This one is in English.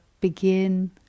begin